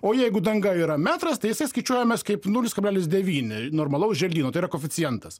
o jeigu danga yra metras tai jisai skaičiuojamas kaip nulis kablelis devyni normalaus želdyno tai yra koeficientas